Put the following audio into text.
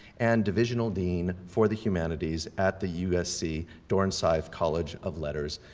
and divisional dean for the humanities at the usc dornsife college of letters,